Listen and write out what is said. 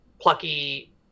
plucky